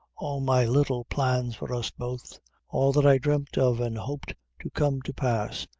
all my little plans for us both all that i dreamt of an' hoped to come to pass,